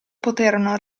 poterono